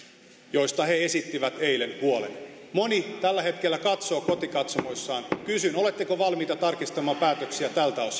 joista he esittivät eilen huolen moni tällä hetkellä katsoo kotikatsomoissaan kysyn oletteko valmiit tarkistamaan päätöksiä